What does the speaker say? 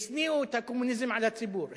השניאו את הקומוניזם על הציבור,